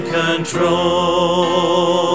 control